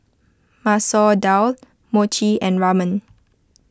Masoor Dal Mochi and Ramen